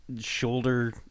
shoulder